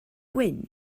wyn